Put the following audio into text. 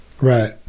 Right